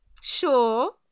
sure